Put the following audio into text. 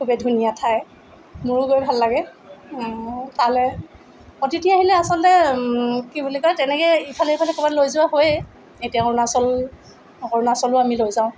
খুবেই ধুনীয়া ঠাই মোৰো গৈ ভাল লাগে তালৈ অতিথি আহিলে আচলতে কি বুলি কয় তেনেকৈ ইফালে সিফালে ক'ৰবাত লৈ যোৱা হয়ে এতিয়া অৰুণাচল অৰুণাচলো আমি লৈ যাওঁ